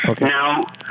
Now